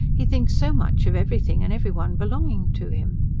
he thinks so much of everything and every one belonging to him.